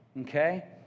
Okay